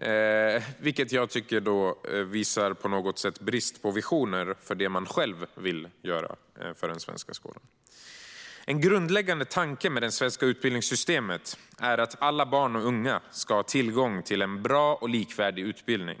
Det tycker jag på något sätt visar en brist på visioner när det gäller det som man själv vill göra för den svenska skolan. I en artikel den 21 november 2017 skrev Elisabet Knutsson: En grundläggande tanke med det svenska utbildningssystemet är att alla barn och unga ska ha tillgång till en bra och likvärdig utbildning.